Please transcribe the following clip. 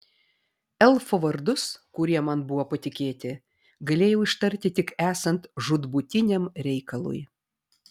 elfų vardus kurie man buvo patikėti galėjau ištarti tik esant žūtbūtiniam reikalui